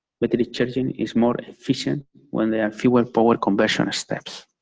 but the recharging is more efficient when there are fewer forward conversion steps.